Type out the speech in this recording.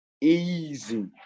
easy